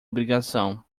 obrigação